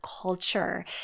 culture